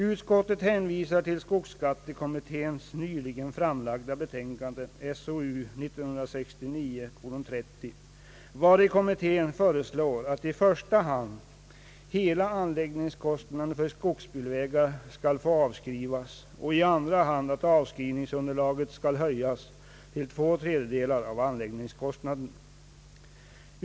Utskottet hänvisar till skogsskatte kommitténs nyligen framlagda betänkande SOU 1969:30, vari kommittén föreslår i första hand att hela anläggningskostnaden för skogsbilvägar skall få avskrivas och i andra hand att avskrivningsunderlaget skall höjas till två tredjedelar av anläggningskostnaden.